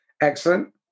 Excellent